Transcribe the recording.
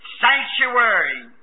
sanctuary